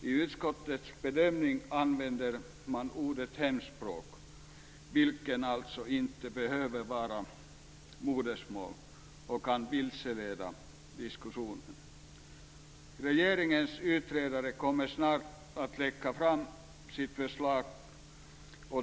I utskottets bedömning använder man ordet hemspråk, vilket alltså inte behöver vara modersmål. Detta kan vara vilseledande i diskussionen. Regeringens utredare kommer snart att lägga fram sitt förslag.